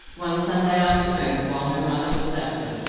one sunday afternoon, while her mother was absent,